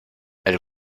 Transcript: elle